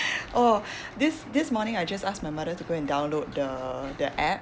oh this this morning I just asked my mother to go and download the the app